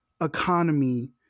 economy